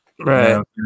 Right